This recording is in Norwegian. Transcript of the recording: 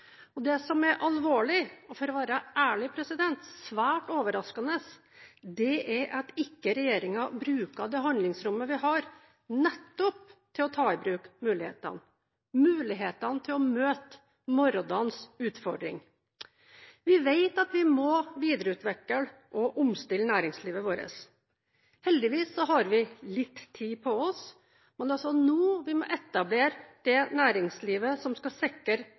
nå. Det som er alvorlig og – for å være ærlig – svært overraskende, er at regjeringen ikke bruker det handlingsrommet vi har nettopp til å ta i bruk mulighetene – mulighetene til å møte morgendagens utfordringer. Vi vet at vi må videreutvikle og omstille næringslivet vårt. Heldigvis har vi litt tid på oss, men det er nå vi må etablere det næringslivet som skal sikre